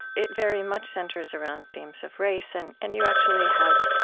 it very much centers around themes of race, and and you actually have,